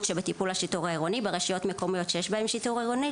שבטיפול השיטור העירוני ברשויות מקומיות שיש בהן שיטור עירוני,